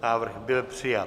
Návrh byl přijat.